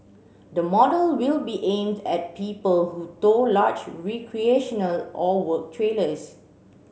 the model will be aimed at people who tow large recreational or work trailers